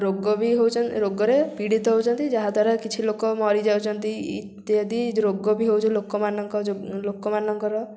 ରୋଗ ବି ହେଉଛନ୍ତି ରୋଗରେ ପୀଡ଼ିତ ହେଉଛନ୍ତି ଯାହାଦ୍ୱାରା କିଛି ଲୋକ ମରିଯାଉଛନ୍ତି ଇତ୍ୟାଦି ରୋଗ ବି ହେଉଛି ଲୋକମାନଙ୍କ ଯେଉଁ ଲୋକମାନଙ୍କର